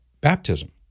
baptism